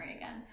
again